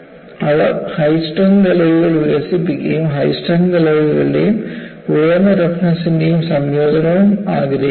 അവർ high strength അലോയ്കൾ വികസിപ്പിക്കുകയും high strength അലോയ്കളുടെയും ഉയർന്ന ടഫ്നെസ്ന്റെയും സംയോജനവും ആഗ്രഹിക്കുന്നു